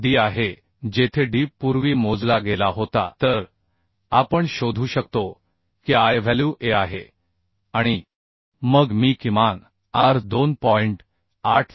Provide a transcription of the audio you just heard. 7d आहे जेथे d पूर्वी मोजला गेला होता तर आपण शोधू शकतो की I व्हॅल्यूA आहे आणि मग मी किमान आर 2